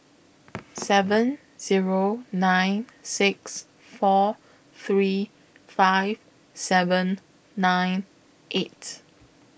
seven Zero nine six four three five seven nine eight